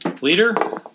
Leader